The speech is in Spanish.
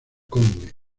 conde